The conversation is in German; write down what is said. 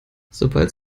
sobald